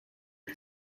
que